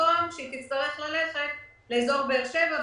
במקום שהיא תצטרך לנסוע לאזור באר שבע,